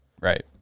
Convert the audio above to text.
Right